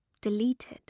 Deleted